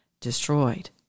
destroyed